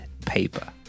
paper